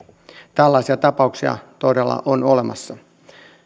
tällaisia tapauksia todella on olemassa